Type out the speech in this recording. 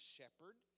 shepherd